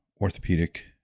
orthopedic